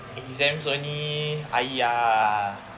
exams only !aiya!